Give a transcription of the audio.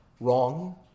wrong